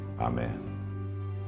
amen